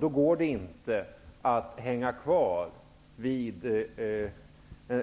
Då går det inte att hänga kvar vid